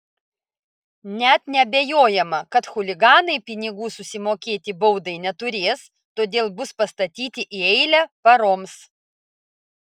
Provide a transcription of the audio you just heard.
net neabejojama kad chuliganai pinigų susimokėti baudai neturės todėl bus pastatyti į eilę paroms